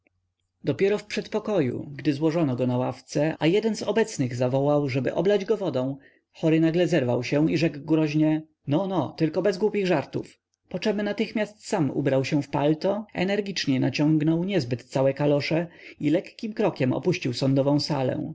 dopiero w przedpokoju gdy złożono go na ławce a jeden z obecnych zawołał ażeby oblać go wodą chory nagle zerwał się i rzekł groźnie no no tylko bez głupich żartów poczem natychmiast sam ubrał się w palto energicznie naciągnął niezbyt całe kalosze i lekkim krokiem opuścił sądową salę